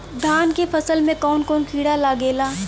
धान के फसल मे कवन कवन कीड़ा लागेला?